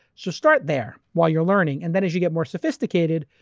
so start there while you're learning. and then, as you get more sophisticated,